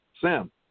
Sam